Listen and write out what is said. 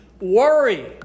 worry